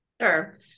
Sure